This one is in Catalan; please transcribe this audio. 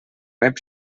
rep